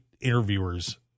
interviewers